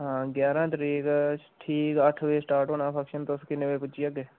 हां ग्याहरां तरीक ठीक अट्ठ बजे स्टार्ट होना फन्क्शन तुस किन्ने बजे पुज्जी जाह्गे